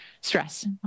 stress